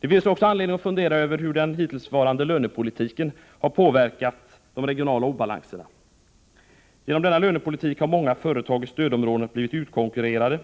Det finns också anledning att fundera över hur den hittillsvarande lönepolitiken har påverkat de regionala obalanserna. Genom denna lönepolitik har många företag i stödområden blivit utkonkurrerade.